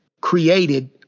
created